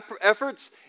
efforts